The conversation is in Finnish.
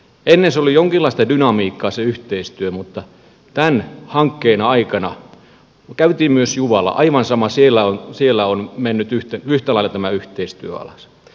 ennen se yhteistyö oli jonkinlaista dynamiikkaa mutta tämän hankkeen aikana käytiin myös juvalla aivan samoin siellä on mennyt yhtä lailla tämä yhteistyö alas